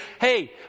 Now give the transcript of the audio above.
hey